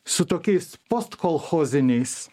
su tokiais post kolchoziniais